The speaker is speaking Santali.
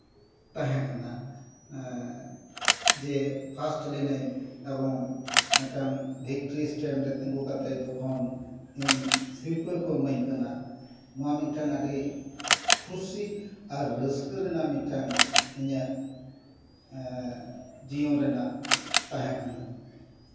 ᱛᱟᱦᱮᱸ ᱠᱟᱱᱟ ᱡᱮ ᱯᱷᱟᱥᱴ ᱞᱮᱱᱟᱧ ᱮᱵᱚᱝ ᱢᱤᱫᱴᱟᱝ ᱵᱷᱤᱠᱴᱨᱤ ᱮᱥᱴᱮᱱᱰ ᱨᱮ ᱛᱤᱸᱜᱩ ᱠᱟᱛᱮᱜ ᱡᱚᱠᱷᱚᱱ ᱤᱧ ᱥᱤᱨᱯᱟᱹ ᱠᱚ ᱤᱢᱟᱹᱧ ᱠᱟᱱᱟ ᱱᱚᱣᱟ ᱢᱤᱫᱴᱟᱱ ᱟᱹᱰᱤ ᱠᱷᱩᱥᱤ ᱟᱨ ᱨᱟᱹᱥᱠᱟᱹ ᱨᱮᱱᱟᱜ ᱢᱤᱫᱴᱟᱝ ᱤᱧᱟᱹᱜ ᱡᱤᱭᱚᱱ ᱨᱮᱱᱟᱜ ᱛᱟᱦᱮᱸ ᱠᱟᱱᱟ